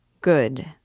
Good